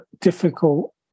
difficult